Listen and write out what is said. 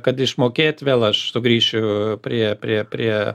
kad išmokėt vėl aš sugrįšiu prie prie prie